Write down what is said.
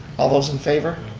all those in favor?